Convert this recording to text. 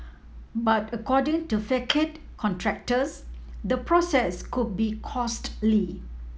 but according to facade contractors the process could be costly